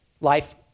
life